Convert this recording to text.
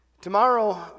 Tomorrow